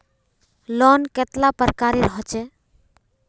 Loan कतेला प्रकारेर होचे?